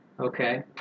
Okay